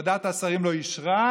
ועדת השרים לא אישרה,